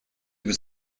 was